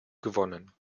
gewonnen